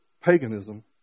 paganism